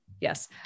Yes